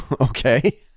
Okay